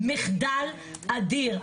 מחדל אדיר.